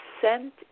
sent